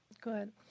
Good